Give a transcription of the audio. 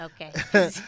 Okay